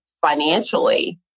financially